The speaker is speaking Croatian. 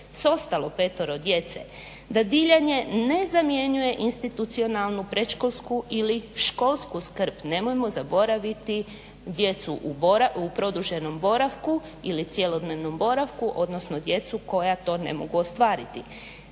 s ostalo petoro djece, dadiljanje ne zamjenjuje institucionalnu predškolsku ili školsku skrb, nemojmo zaboraviti djecu u produženom boravku ili cjelodnevnom boravku, odnosno djecu koja to ne mogu ostvariti.